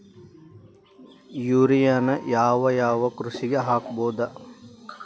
ಯೂರಿಯಾನ ಯಾವ್ ಯಾವ್ ಕೃಷಿಗ ಹಾಕ್ಬೋದ?